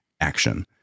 action